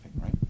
right